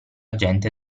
gente